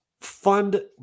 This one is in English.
fund